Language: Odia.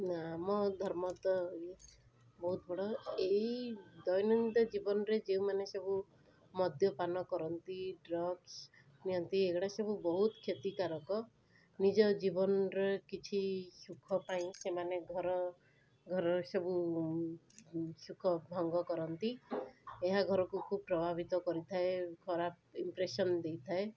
ଆମ ଧର୍ମ ତ ବହୁତ ବଡ଼ ଏଇ ଦୈନନ୍ଦିନ ଜୀବନରେ ଯେଉଁମାନେ ସବୁ ମଦ୍ୟପାନ କରନ୍ତି ଡ୍ରଗ୍ସ ନିଅନ୍ତି ଏଗୁଡ଼ାସବୁ ବହୁତ କ୍ଷତିକାରକ ନିଜେ ଜୀବନରେ କିଛି ସୁଖପାଇଁ ସେମାନେ ଘର ଘରର ସବୁ ସୁଖ ଭଙ୍ଗ କରନ୍ତି ଏହା ଘରକୁ ଖୁବ୍ ପ୍ରଭାବିତ କରିଥାଏ ଖରାପ ଇମ୍ପ୍ରେସନ ଦେଇଥାଏ